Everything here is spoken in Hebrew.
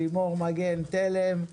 לימור מגן תלם,